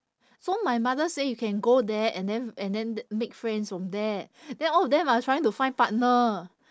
so my mother say you can go there and then and then make friends from there then all of them are trying to find partner